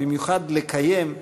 ובמיוחד לקיים,